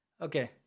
Okay